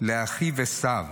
לאחיו עשו,